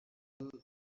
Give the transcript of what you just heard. girl